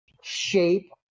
shape